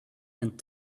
and